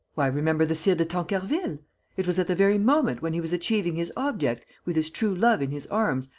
why, remember the sire de tancarville! it was at the very moment when he was achieving his object, with his true love in his arms,